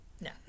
no